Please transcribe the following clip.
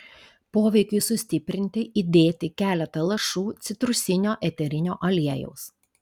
poveikiui sustiprinti įdėti keletą lašų citrusinio eterinio aliejaus